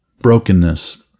brokenness